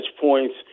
points